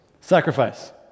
Sacrifice